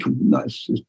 nice